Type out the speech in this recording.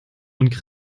und